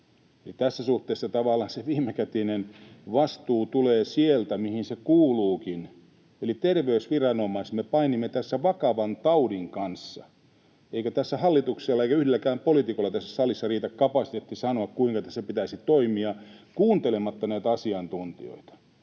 Tässä suhteessa tavallaan se viimekätinen vastuu tulee sieltä, mihin se kuuluukin, eli terveysviranomaisilta. Me painimme tässä vakavan taudin kanssa, eikä hallituksella eikä yhdelläkään poliitikolla tässä salissa riitä kapasiteetti sanoa, kuinka tässä pitäisi toimia, kuuntelematta näitä asiantuntijoita,